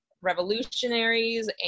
revolutionaries